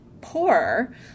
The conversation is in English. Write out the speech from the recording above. poor